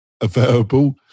available